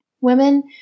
Women